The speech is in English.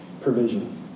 Provision